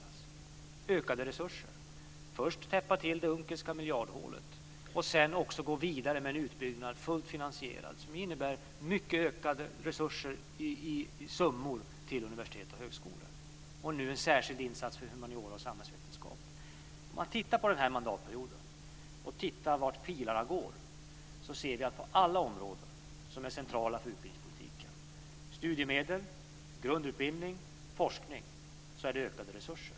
Beträffade ökade resurser så ska vi först täppa till det unckelska miljardhålet men sedan också gå vidare med en utbyggnad, fullt finansierad, som innebär mycket ökade resurser i summor till universitet och högskolor och nu en särskild insats för humaniora och samhällsvetenskap. Om man tittar på denna mandatperiod och tittar vart pilarna pekar, så ser vi att det på alla områden som är centrala för utbildningspolitiken - studiemedel, grundutbildning, forskning - har blivit ökade resurser.